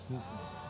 Business